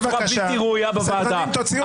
יוראי, צא, בבקשה.